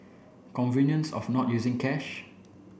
convenience of not using cash